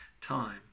time